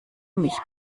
mich